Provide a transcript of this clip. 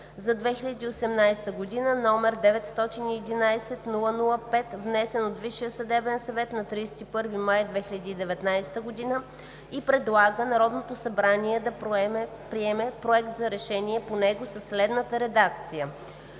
за 2018 г., № 911-00-5, внесен от Висшия съдебен съвет на 31 май 2019 г., и предлага на Народното събрание да приеме Проект за решение по него със следната редакция: